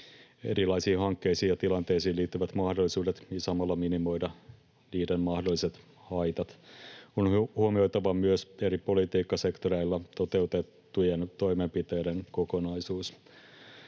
erilaisiin hankkeisiin ja tilanteisiin liittyvät mahdollisuudet ja samalla minimoida niiden mahdolliset haitat. On huomioitava myös eri politiikkasektoreilla toteutettujen toimenpiteiden kokonaisuus.